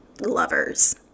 lovers